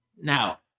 Now